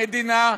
המדינה,